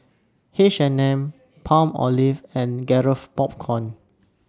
H and M Palmolive and Garrett Popcorn